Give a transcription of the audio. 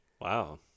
Wow